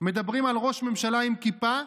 מדברים על ראש ממשלה עם כיפה,